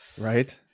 Right